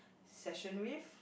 session with